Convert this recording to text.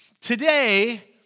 today